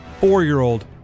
four-year-old